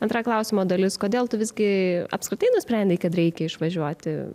antra klausimo dalis kodėl tu visgi apskritai nusprendei kad reikia išvažiuoti